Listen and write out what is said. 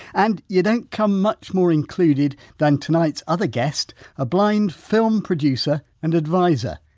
and you don't come much more included than tonight's other guest a blind film producer and advisor.